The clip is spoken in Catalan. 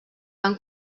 van